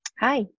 Hi